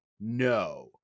No